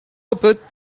about